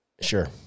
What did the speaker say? Sure